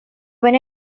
when